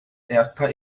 erster